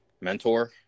mentor